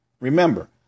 Remember